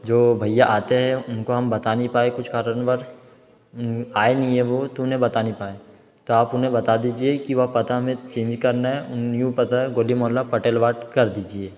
जो भईया आते है उनको हम बता नहीं पाए कुछ कारणवश आए नहीं है वो तो उन्हें बता नहीं पाए तो आप उन्हें बता दीजिए वह पता में चेंज करना है न्यू पता गढ़ी मोहल्ला पटेल वार्ड कर दीजिए